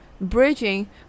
bridging